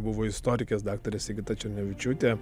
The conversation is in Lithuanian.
buvo istorikės daktarė sigita černevičiūtė